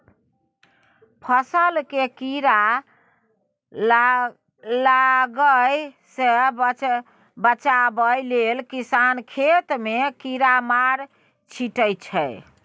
फसल केँ कीड़ा लागय सँ बचाबय लेल किसान खेत मे कीरामार छीटय छै